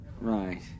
Right